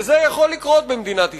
זה יכול לקרות במדינת ישראל,